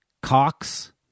Cox